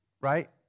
right